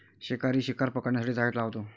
शिकारी शिकार पकडण्यासाठी जाळे लावतो